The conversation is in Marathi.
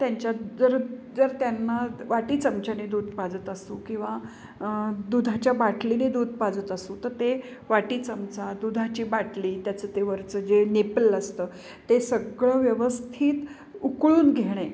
त्यांच्या जर जर त्यांना वाटी चमच्याने दूध पाजत असू किंवा दुधाच्या बाटलीने दूध पाजत असू तर ते वाटी चमचा दुधाची बाटली त्याचं ते वरचं जे नेपल असतं ते सगळं व्यवस्थित उकळून घेणे